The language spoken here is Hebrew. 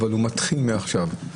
אבל הוא מתחיל מעכשיו,